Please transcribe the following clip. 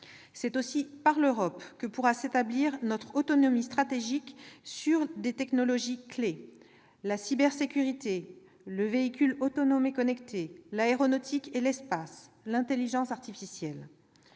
C'est aussi par l'Europe que pourra s'établir notre autonomie stratégique dans des technologies-clés : la cybersécurité, le véhicule autonome et connecté, l'aéronautique et l'espace, l'intelligence artificielle.